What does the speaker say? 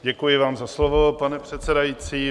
Děkuji vám za slovo, pane předsedající.